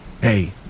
Hey